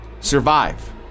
survive